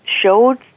showed